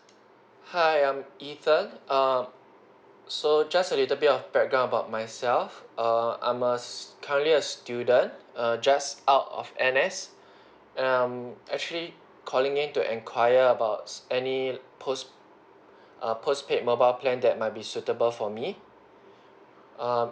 hi I'm ethan err so just a little bit of background about myself err I'm a currently a student err just out of N_S um actually calling in to enquire about any post err postpaid mobile plan that might be suitable for me um